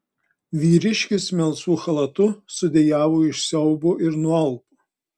vyriškis melsvu chalatu sudejavo iš siaubo ir nualpo